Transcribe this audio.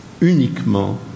uniquement